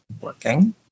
working